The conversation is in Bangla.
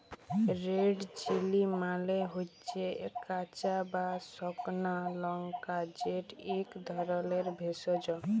রেড চিলি মালে হচ্যে কাঁচা বা সুকনা লংকা যেট ইক ধরলের ভেষজ